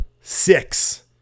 six